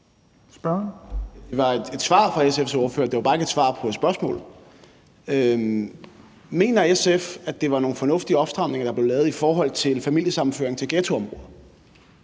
Det var et svar fra SF's ordfører, det var bare ikke et svar på spørgsmålet. Mener SF, at det var nogle fornuftige opstramninger, der blev lavet, i forhold til familiesammenføring til ghettoområder?